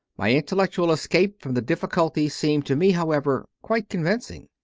my intellectual escape from the difficulty seemed to me, however, quite convincing.